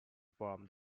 from